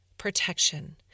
protection